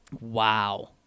Wow